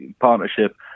partnership